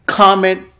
comment